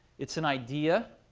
it's an idea,